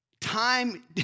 Time